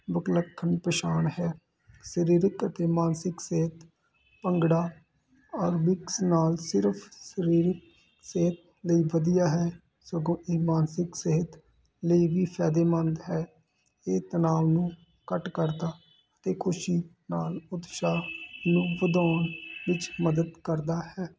ਵਿਲੱਖਣ ਪਛਾਣ ਹੈ ਸਰੀਰਕ ਅਤੇ ਮਾਨਸਿਕ ਸਿਹਤ ਭੰਗੜਾ ਆਰਬਿਕਸ ਨਾਲ ਸਿਰਫ਼ ਸਰੀਰਕ ਸਿਹਤ ਲਈ ਵਧੀਆ ਹੈ ਸਗੋਂ ਇਹ ਮਾਨਸਿਕ ਸਿਹਤ ਲਈ ਵੀ ਫਾਇਦੇਮੰਦ ਹੈ ਇਹ ਤਨਾਅ ਨੂੰ ਘੱਟ ਕਰਦਾ ਅਤੇ ਖੁਸ਼ੀ ਨਾਲ ਉਤਸ਼ਾਹ ਨੂੰ ਵਧਾਉਣ ਵਿੱਚ ਮਦਦ ਕਰਦਾ ਹੈ